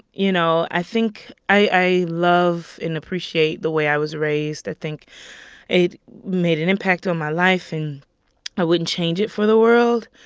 you know, i think i love and appreciate the way i was raised. i think it made an impact on my life, and i wouldn't change it for the world.